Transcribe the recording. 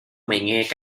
mày